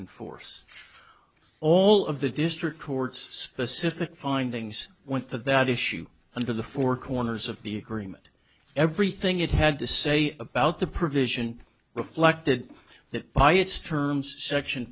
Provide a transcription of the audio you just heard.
enforce all of the district court's specific findings went to that issue under the four corners of the agreement everything it had to say about the provision reflected that by its terms section